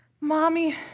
Mommy